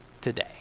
today